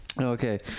Okay